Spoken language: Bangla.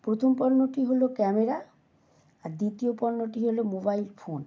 প্রথম পণ্যটি হলো ক্যামেরা আর দ্বিতীয় পণ্যটি হলো মোবাইল ফোন